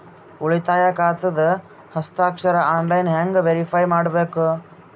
ಉಳಿತಾಯ ಖಾತಾದ ಹಸ್ತಾಕ್ಷರ ಆನ್ಲೈನ್ ಹೆಂಗ್ ವೇರಿಫೈ ಮಾಡಬೇಕು?